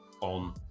on